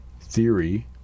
theory